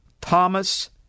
Thomas